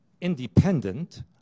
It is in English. independent